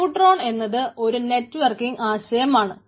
neutron എന്നത് ഒരു networking ആശയമാണ്